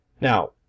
now